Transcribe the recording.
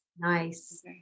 Nice